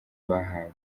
bahawe